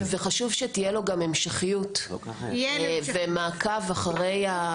וחשוב שתהיה לו המשכיות ומעקב אחרי הדברים שיהיו כאן.